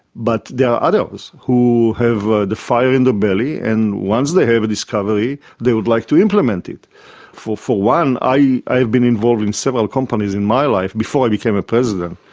but there are others who have fire in the belly and once they have a discovery they would like to implement it. for for one, i i have been involved in several companies in my life before i became a president,